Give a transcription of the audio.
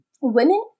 women